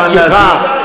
מדעתך.